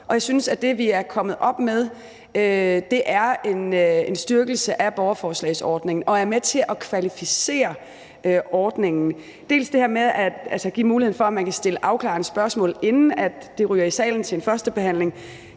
det, vi er kommet op med, er en styrkelse af borgerforslagsordningen og er med til at kvalificere ordningen. Der er dels det her med at give muligheden for, at man kan stille afklarende spørgsmål, inden det ryger i salen til en førstebehandling